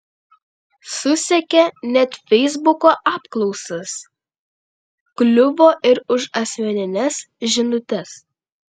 susekė net feisbuko apklausas kliuvo ir už asmenines žinutes